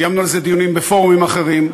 קיימנו על זה דיונים בפורומים אחרים,